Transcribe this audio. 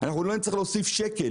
אנחנו לא נצטרך להוסיף שקל.